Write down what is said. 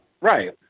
right